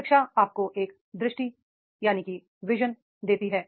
शिक्षा आपको एक दृष्टि देती है